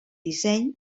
disseny